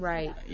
Right